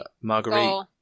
Marguerite